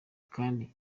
kandi